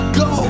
go